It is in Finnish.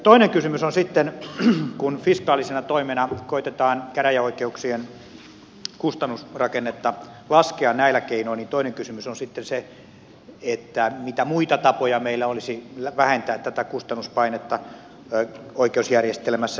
toinen kysymys on sitten se kun fiskaalisena toimena koetetaan käräjäoikeuksien kustannusrakennetta laskea näillä keinoin mitä muita tapoja meillä olisi vähentää tätä kustannuspainetta oikeusjärjestelmässä